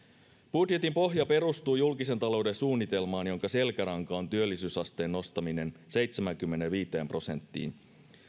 budjetin pohja perustuu julkisen talouden suunnitelmaan jonka selkäranka on työllisyysasteen nostaminen seitsemäänkymmeneenviiteen prosenttiin